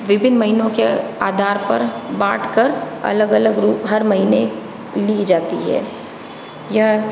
विभिन्न महीनों के आधार पर बांटकर अलग अलग रूप हर महीने ली जाती है यह